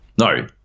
no